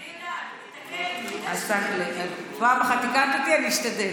אני יודעת, פעם אחת תיקנת אותי, אני אשתדל.